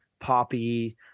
poppy